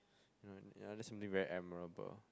mm yeah that's something very admirable